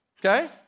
okay